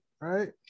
right